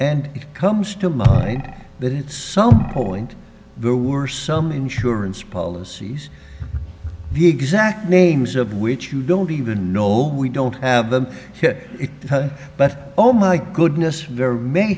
and it comes to mind that it's some point there were some insurance policies the exact names of which you don't even know we don't have them but oh my goodness there may